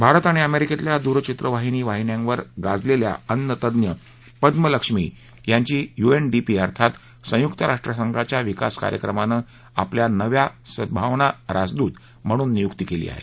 भारत आणि अमेरिकेतल्या दूरचित्रवाहिनी वाहिन्यांवर गाजलेल्या अन्नतज्ज्ञ पद्मलक्ष्मी यांची यूएनडीपी अर्थात संयुक्त राष्ट्रसंघांच्या विकास कार्यक्रमानं आपल्या नव्या सद्भावना राजदूत म्हणून नियुक्ती केली आहे